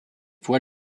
fois